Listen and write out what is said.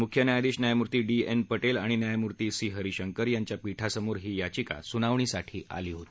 मुख्य न्यायाधीश न्यायामूर्ती डी एन पटेल आणि न्यायमूर्ती सी हरिशंकर यांच्या पीठासमोर ही याचिका सुनावणीसाठी आली होती